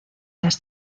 las